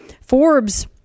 Forbes